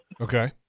Okay